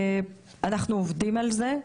אנחנו עובדים על זה.